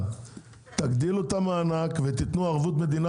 תגדילו את המענק ותיתנו ערבות מדינה